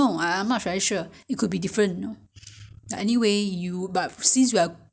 there's no particular you know um